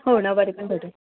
हो नऊवारी पण भेटेल